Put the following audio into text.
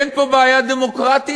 אין פה בעיה דמוקרטית,